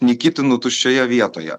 nikitinų tuščioje vietoje